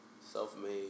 self-made